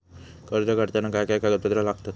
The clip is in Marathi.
कर्ज काढताना काय काय कागदपत्रा लागतत?